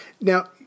Now